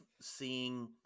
seeing